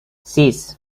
sis